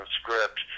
script